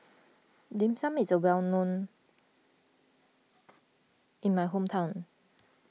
Dim Sum is a well known in my hometown